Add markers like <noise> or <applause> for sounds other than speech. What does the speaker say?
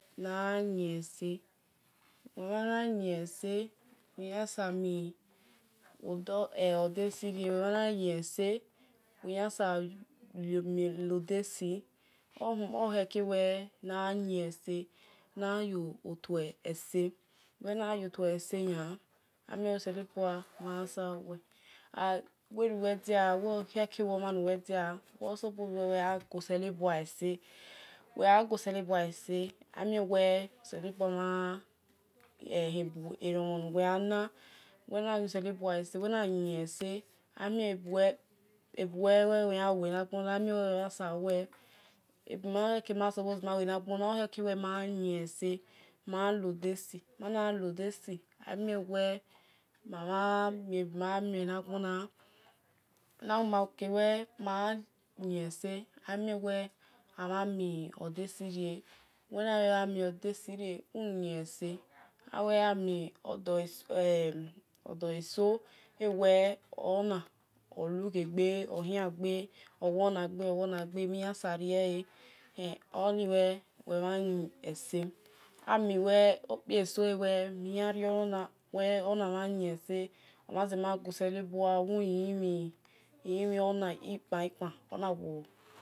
Nayin ese wel mhana yin ese wil yan sa mi <hesitation> in yan sa lode̱ si obhewe wel na yin ese na yotue ese wel na yotue ese nia amie oselobua mha answer wet <hesitation> bhe nuwel dia okhewe nuwe gha go selobua ese wel ghu goselobuu ese amie wel oselobua mhan heromhon nuwe yan na wel na goselobua ese wel na yan na yin ese amie ebuwe wel wel yan lu bhe nagbona amie wel wel mhan sa lue-ebe khere ni ma ghalu bhe na gbona okhere ni ma ghalu bhe na gbona okhere ni ma gha yin ese ni ma gha lode si mana gha lo de si amie wel mamhan mie bi ma mie bhe nagbon na <hesitation> na wil ma or wel mayin eyin ese amie wel amhan mi ode-si rie wel na hol nuwel mio desi rie uyin ese awel amio odo eso emi ona olughe ghe oktan gbe oluo nagbe oluo nagbe niyan sa riele oni so ewel miyan rionona wel ona mhan yin ese omhan rema go selobua oyi uyinmhin ikpan kpan ona wo.